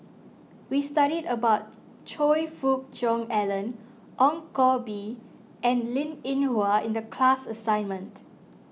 we studied about Choe Fook Cheong Alan Ong Koh Bee and Linn in Hua in the class assignment